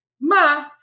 Ma